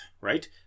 right